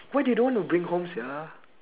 why they don't want to bring home sia